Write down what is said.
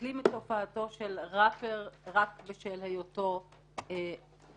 מבטלים את הופעתו של ראפר רק בשל היותו ערבי,